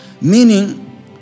Meaning